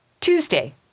Tuesday